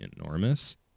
enormous